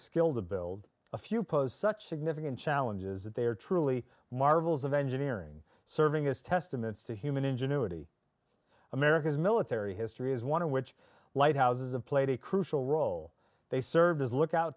skill to build a few pose such significant challenges that they are truly marvels of engineering serving as testaments to human ingenuity america's military history is one in which lighthouses have played a crucial role they served as lookout